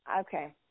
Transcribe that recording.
Okay